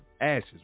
ashes